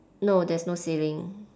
no there's no ceiling